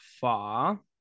far